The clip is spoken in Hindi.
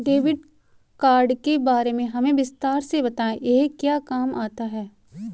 डेबिट कार्ड के बारे में हमें विस्तार से बताएं यह क्या काम आता है?